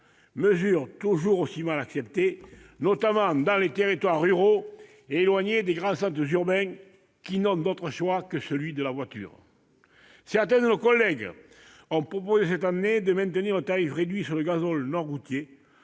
est toujours mal acceptée, notamment dans les territoires ruraux et éloignés des grands centres urbains, qui n'ont d'autre choix que celui de la voiture. Certains de nos collègues ont proposé, cette année, de maintenir le tarif réduit sur le gazole non routier,